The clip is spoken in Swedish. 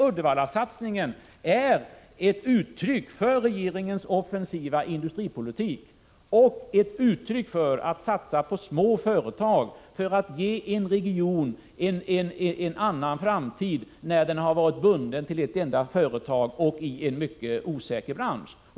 Uddevallasatsningen är alltså ett uttryck för regeringens offensiva industripolitik och ett uttryck för viljan att satsa på små företag för att ge regionen en på annat sätt utformad framtid, sedan den varit bunden till ett enda företag inom en mycket osäker bransch.